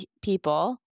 people